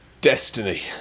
Destiny